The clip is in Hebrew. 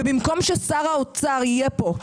ובמקום ששר האוצר יהיה פה,